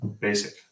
basic